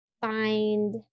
find